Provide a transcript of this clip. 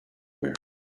wear